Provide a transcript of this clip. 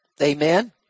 Amen